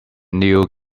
new